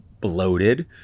bloated